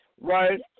right